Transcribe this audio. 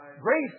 Grace